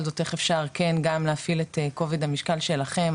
זאת איך אפשר כן גם להפעיל את כובד המשקל שלכם,